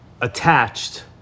attached